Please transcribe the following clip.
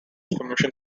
information